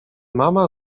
mama